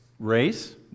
Race